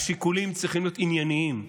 השיקולים צריכים להיות ענייניים,